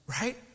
right